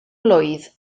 blwydd